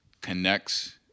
connects